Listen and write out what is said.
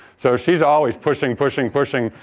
so she is always pushing, pushing, pushing,